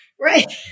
Right